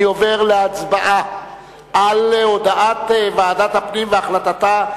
אני עובר להצבעה על הודעת ועדת הפנים והחלטתה,